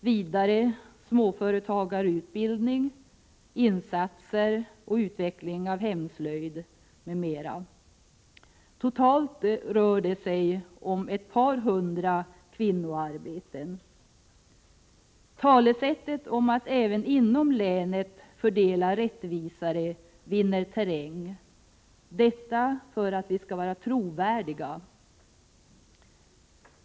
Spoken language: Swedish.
Vidare: företagareutbildning, insatser och utveckling av hemslöjd m.m. Totalt rör det sig om ett par hundra kvinnoarbeten. Inställningen att även inom länet fördela rättvisare vinner terräng — detta för att vi skall vara trovärdiga.